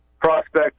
prospect